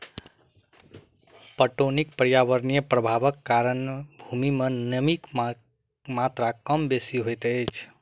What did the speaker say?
पटौनीक पर्यावरणीय प्रभावक कारणेँ भूमि मे नमीक मात्रा कम बेसी होइत अछि